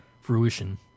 fruition